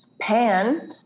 pan